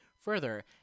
Further